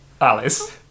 Alice